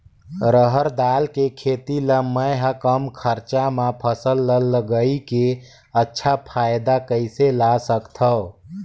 रहर दाल के खेती ला मै ह कम खरचा मा फसल ला लगई के अच्छा फायदा कइसे ला सकथव?